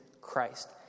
Christ